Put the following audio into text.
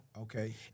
Okay